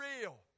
real